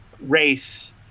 race